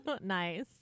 nice